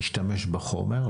נשתמש בחומר,